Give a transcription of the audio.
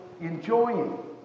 enjoying